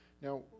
Now